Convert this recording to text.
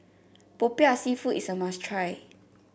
Popiah seafood is a must try